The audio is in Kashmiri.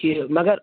ٹھیٖک مگر